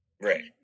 Right